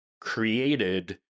created